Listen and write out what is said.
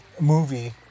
movie